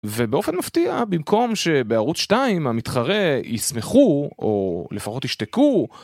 ובאופן מפתיע במקום שבערוץ 2 המתחרה ישמחו או לפחות ישתקו.